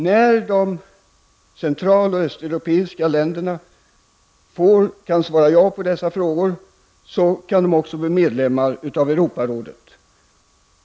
När de Central och Östeuropeiska länderna kan svara upp mot dessa krav kan de också bli medlemmar av Europarådet.